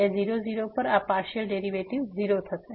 તેથી 0 0 પર આ પાર્સીઅલ ડેરીવેટીવ 0 છે